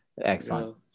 Excellent